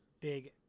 big